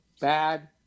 bad